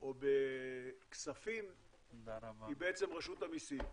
או בכספים היא רשות המיסים.